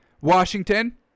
Washington